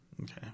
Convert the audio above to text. Okay